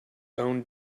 own